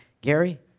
Gary